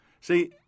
See